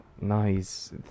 Nice